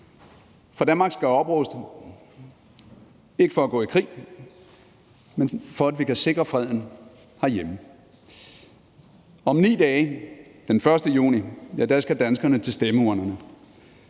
For Danmark skal opruste, ikke for at gå i krig, men for at vi kan sikre freden herhjemme. Om 9 dage, den 1. juni, skal danskerne til stemmeurnerne.